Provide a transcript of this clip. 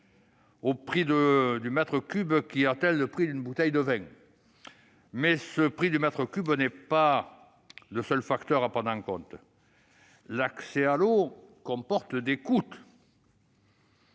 le prix du mètre cube peut atteindre celui d'une bouteille de vin ! Ce prix du mètre cube n'est pas le seul facteur à prendre en compte. L'accès à l'eau comporte des coûts